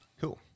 Cool